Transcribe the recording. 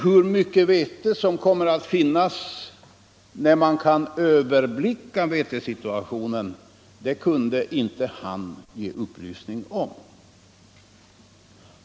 Hur mycket vete det kommer att finnas när man kan överblicka vetesituationen kunde han inte ge någon upplysning om.